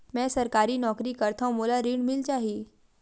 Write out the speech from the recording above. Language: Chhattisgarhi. मै सरकारी नौकरी करथव मोला ऋण मिल जाही?